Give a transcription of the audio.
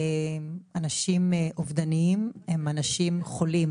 אנשים אובדניים הם אנשים חולים